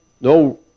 no